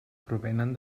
provenen